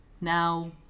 Now